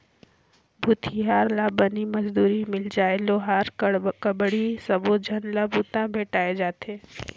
भूथियार ला बनी मजदूरी मिल जाय लोहार बड़हई सबो झन ला बूता भेंटाय जाथे